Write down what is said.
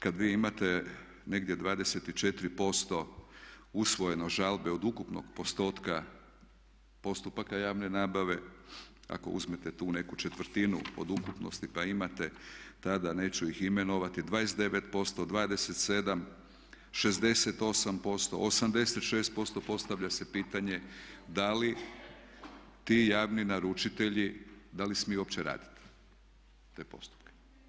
Kada vi imate negdje 24% usvojeno žalbe od ukupnog postotka postupaka javne nabave, ako uzmete tu neku četvrtinu od ukupnosti pa imate tada, neću ih imenovati 29%, 27, 68%, 86%, postavlja se pitanje da li ti javni naručitelji, da li smiju uopće raditi te postupke.